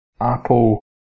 Apple